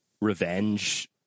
revenge